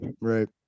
Right